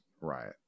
riot